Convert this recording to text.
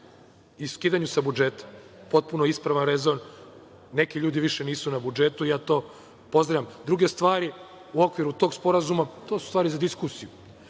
i skidanju sa budžeta, potpuno ispravan rezon. Neki ljudi više nisu na budžetu, to pozdravljam. Druge stvari u okviru tog sporazuma, to su stvari za diskusiju.